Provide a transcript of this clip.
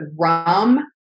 rum